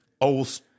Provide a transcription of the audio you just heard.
old